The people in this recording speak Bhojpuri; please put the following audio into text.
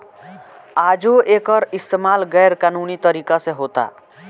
आजो एकर इस्तमाल गैर कानूनी तरीका से होता